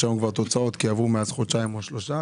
כבר תוצאות כי עברו מאז חודשיים או שלושה,